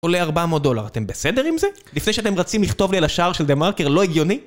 עולה 400 דולר, אתם בסדר עם זה? לפני שאתם רצים לכתוב לי על השער של דה-מרקר לא הגיוני?